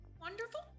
wonderful